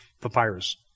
papyrus